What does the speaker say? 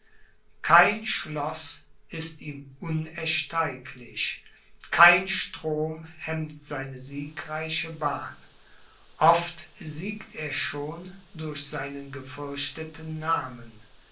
kein schloß ist ihm unersteiglich kein strom hemmt seine siegreiche bahn oft siegt er schon durch seinen gefürchteten namen